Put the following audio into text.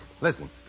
Listen